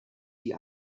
die